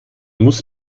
muss